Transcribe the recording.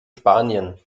spanien